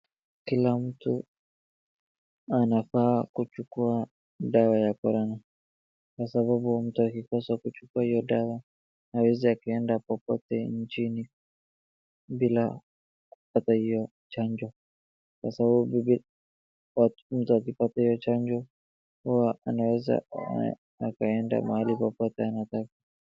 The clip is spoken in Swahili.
Kila mtu anafaa kuchukua dawa ya korona kwa sababu mtu akikosa kuchukua hiyo dawa hawezi akaenda popote nchini bila kupata hiyo chanjo, kwa sababu mtu akipata hiyo chanjo huwa anaweza akaenda mahali popote anataka.